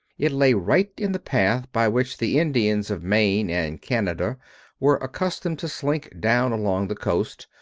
it lay right in the path by which the indians of maine and canada were accustomed to slink down along the coast,